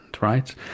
right